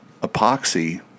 epoxy